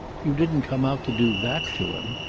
you didn't come out to do that to him.